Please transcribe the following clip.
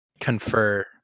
confer